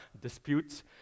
disputes